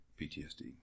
PTSD